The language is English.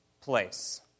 place